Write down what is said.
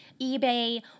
eBay